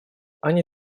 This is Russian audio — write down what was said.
они